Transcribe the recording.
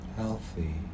healthy